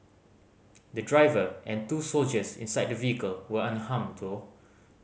the driver and two soldiers inside the vehicle were unharmed though